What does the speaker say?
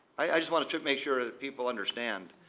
i just want to make sure that people understand